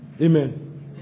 Amen